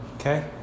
Okay